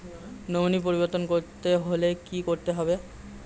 Nominee পরিবর্তন করতে হলে কী করতে হবে?